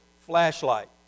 flashlight